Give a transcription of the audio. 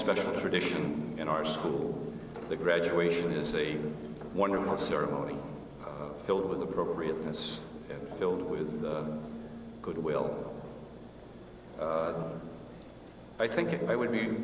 special tradition in our school graduation is a wonderful ceremony filled with appropriateness filled with goodwill i think i would be